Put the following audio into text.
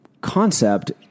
concept